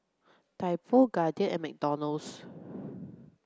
Typo Guardian and McDonald's